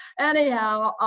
anyhow,